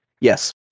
Yes